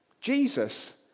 Jesus